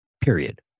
period